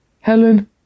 helen